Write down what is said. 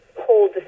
hold